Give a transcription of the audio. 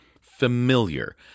familiar